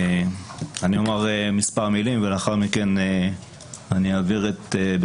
אומר מספר מילים, ולאחר מכן, ברשותך,